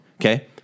Okay